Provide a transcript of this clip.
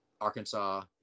arkansas